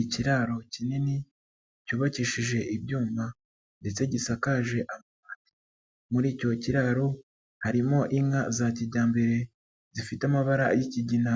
Ikiraro kinini cyubakishije ibyuma ndetse gisakaje amabati, muri icyo kiraro harimo inka za kijyambere zifite amabara y'ikigina,